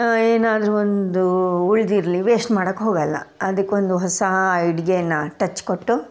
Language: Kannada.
ಏನಾದರೂ ಒಂದು ಉಳಿದಿರ್ಲಿ ವೇಶ್ಟ್ ಮಾಡಕ್ಕೆ ಹೋಗೋಲ್ಲ ಅದಿಕ್ಕೊಂದು ಹೊಸ ಅಡುಗೆಯನ್ನ ಟಚ್ ಕೊಟ್ಟು